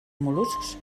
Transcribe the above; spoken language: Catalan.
mol·luscs